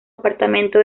apartamento